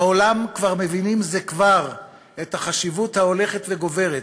בעולם מבינים זה כבר את החשיבות ההולכת וגוברת